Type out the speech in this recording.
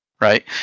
right